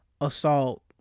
assault